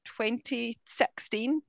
2016